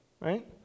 right